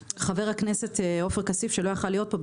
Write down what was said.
חבר הכנסת עופר כסיף שלא היה יכול להיות פה,